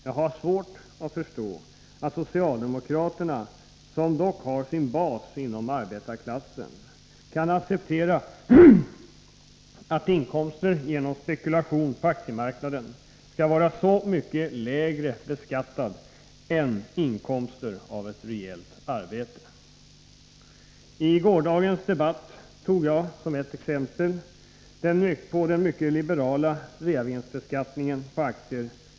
Jag har svårt att förstå att socialdemokraterna, som dock har sin bas inom arbetarklassen, kan acceptera att inkomster genom spekulation på aktiemarknaden skall vara så mycket lägre beskattade än inkomster av ett rejält arbete. I gårdagens debatt tog jag finansföretaget Skrinet som exempel på den mycket liberala reavinstbeskattningen på aktier.